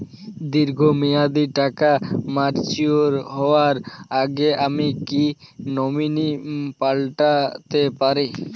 দীর্ঘ মেয়াদি টাকা ম্যাচিউর হবার আগে আমি কি নমিনি পাল্টা তে পারি?